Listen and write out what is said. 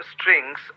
strings